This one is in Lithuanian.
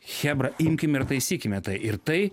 chebra imkim ir taisykime tai ir tai